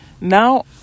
now